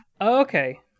Okay